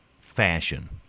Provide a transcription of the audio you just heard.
fashion